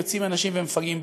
יוצאים אנשים ומפגעים ברחוב.